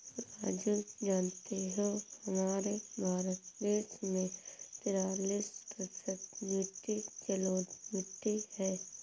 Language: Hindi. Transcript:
राजू जानते हो हमारे भारत देश में तिरालिस प्रतिशत मिट्टी जलोढ़ मिट्टी हैं